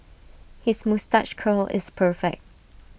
his moustache curl is perfect